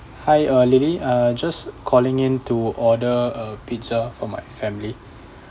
hi uh lily uh just calling in to order a pizza for my family